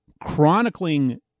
chronicling